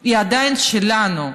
הוא עדיין שלנו.